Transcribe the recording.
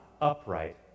upright